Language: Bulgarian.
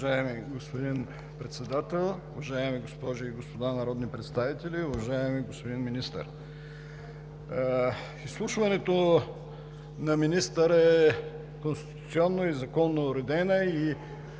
Изслушването на министъра е конституционно и законно уредена